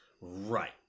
Right